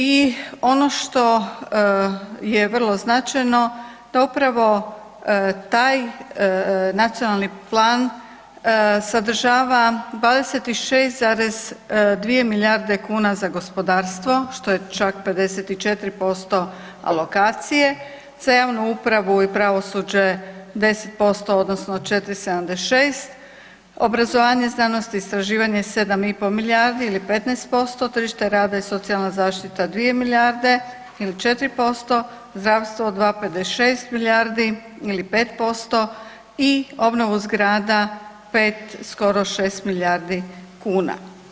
I ono što je vrlo značajno da upravo taj nacionalni plan sadržava 26,2 milijarde kuna za gospodarstvo što je čak 54% alokacije, … [[Govornik se ne razumije]] upravu i pravosuđe 10% odnosno 4,76, obrazovanje znanost i istraživanje 7,5 milijardi ili 15%, tržište rada i socijalna zaštita 2 milijarde ili 4%, zdravstvo 2,56 milijardi ili 5% i obnovu zgrada 5, skoro 6 milijardi kuna.